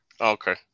Okay